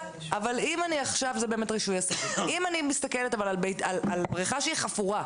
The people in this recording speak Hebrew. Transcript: אבל אם אני מסתכלת על בריכה חפורה,